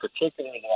particularly